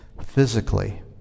physically